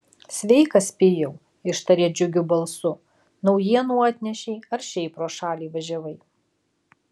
sveikas pijau ištarė džiugiu balsu naujienų atnešei ar šiaip pro šalį važiavai